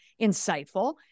insightful